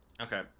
Okay